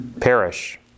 perish